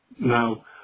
Now